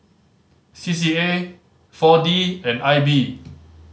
C C A Four D and I B